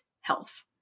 health